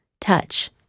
touch